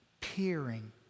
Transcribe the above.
peering